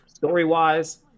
Story-wise